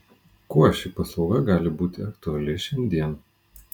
kuo ši paslauga gali būti aktuali šiandien